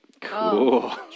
Cool